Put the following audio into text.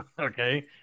Okay